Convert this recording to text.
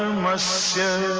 my son